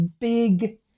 big